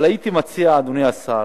הייתי מציע, אדוני השר,